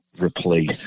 replace